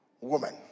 woman